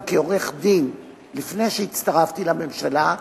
גם כעורך-דין לפני שהצטרפתי לממשלה,